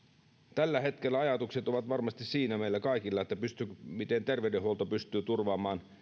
tällä hetkellä ajatukset ovat varmasti meillä kaikilla siinä miten terveydenhuolto pystyy turvaamaan